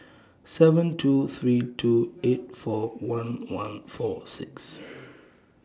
seven two three two eight four one one four six